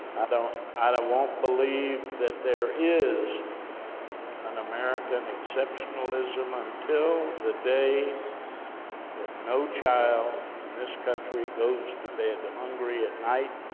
i don't, i won't, believe that there is an american exceptionalism, until the day that no child, in this country, goes to bed hungry at night,